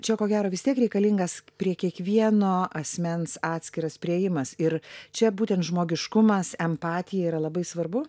čia ko gero vis tiek reikalingas prie kiekvieno asmens atskiras priėjimas ir čia būtent žmogiškumas empatija yra labai svarbu